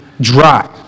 dry